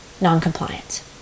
noncompliance